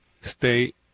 state